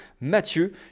Mathieu